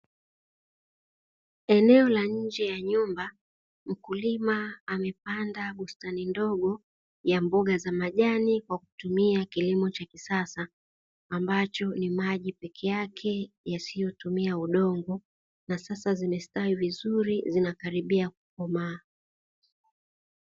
Eneo la nje ya nyumba, mkulima amepanda bustani ndogo ya mboga za majani kwa kutumia kilimo cha kisasa, ambacho ni maji peke yake yasiyotumia udongo, na sasa zimesitawi vizuri zinakaribia kukomaa.